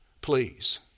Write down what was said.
Please